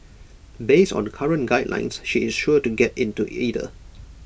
based on current guidelines she is sure to get into either